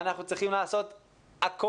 אנחנו צריכים לעשות הכול,